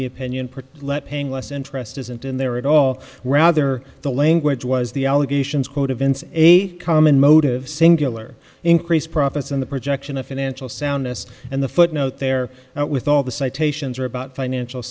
the opinion perty let paying less interest isn't in there at all rather the language was the allegations quote evince a common motive singular increase profits in the projection of financial soundness and the footnote there with all the citations are about financial